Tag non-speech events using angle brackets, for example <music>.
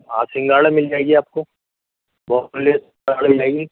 ہاں سنگھاڑا مِل جائے گی آپ کو پاپلیٹ <unintelligible> ہے نہیں